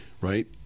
Right